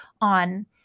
on